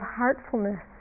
Heartfulness